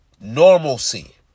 normalcy